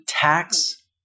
tax